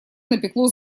напекло